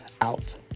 out